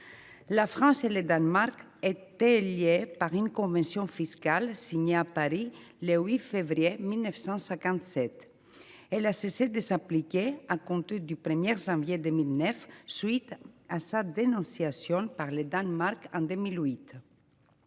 La France et le Danemark étaient liés par une convention fiscale, signée à Paris, le 8 février 1957. Elle a cessé de s’appliquer à compter du 1 janvier 2009 à la suite de sa dénonciation par le Danemark en 2008.